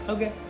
Okay